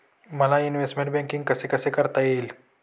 मला investment banking कसे कसे करता येईल?